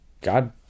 god